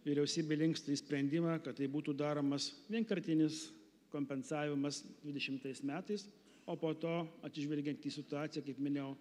vyriausybė linksta į sprendimą kad tai būtų daromas vienkartinis kompensavimas dvidešimtais metais o po to atsižvelgiant į situaciją kaip minėjau